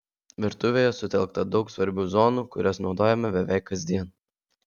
virtuvėje sutelkta daug svarbių zonų kurias naudojame beveik kasdien